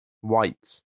White